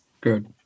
Good